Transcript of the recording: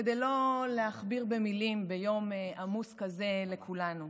כדי לא להכביר במילים ביום עמוס כזה לכולנו,